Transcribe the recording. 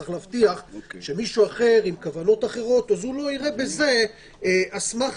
צריך להבטיח שמישהו אחר עם כוונות אחרות לא יראה בזה אסמכתא